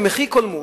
במחי קולמוס,